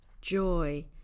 joy